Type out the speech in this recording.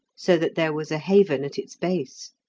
so that there was a haven at its base.